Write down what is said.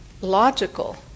logical